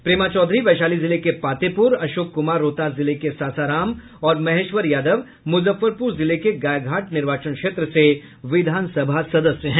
प्रेमा चौधरी वैशाली जिले के पातेप्र अशोक कुमार रोहतास जिले के सासाराम और महेश्वर यादव मुजफ्फरपुर जिले के गायघाट निर्वाचन क्षेत्र से विधानसभा सदस्य हैं